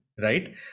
Right